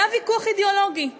זה היה ויכוח אידיאולוגי.